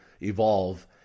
evolve